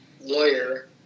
lawyer